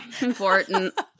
important